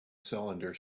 cylinder